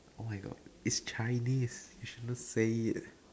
oh my god it's chinese you shouldn't say it